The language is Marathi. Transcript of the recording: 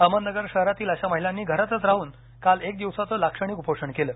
अहमदनगर शहरातील अशा महिलांनी घरातच राहून काल एक दिवसाचे लाक्षणिक उपोषण केले